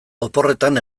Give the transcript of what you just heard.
oporretan